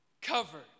covered